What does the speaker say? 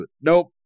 Nope